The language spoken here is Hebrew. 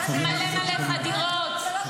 מלא מלא חדירות,